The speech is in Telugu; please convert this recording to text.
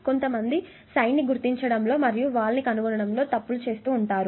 కొంతమంది సైన్ ని గుర్తించడంలో మరియు వాలు ని కనుగొనడం లో తప్పులు చేస్తారు